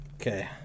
Okay